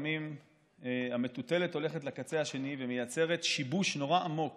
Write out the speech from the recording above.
לפעמים המטוטלת הולכת לקצה השני ומייצרת שיבוש נורא עמוק